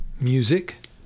music